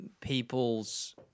people's